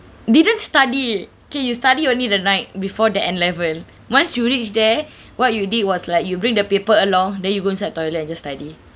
didn't study okay you study only the night before the N level once you reach there what you did was like you bring the paper along then you go inside toilet and just study